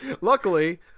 Luckily